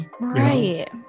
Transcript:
Right